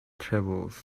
travels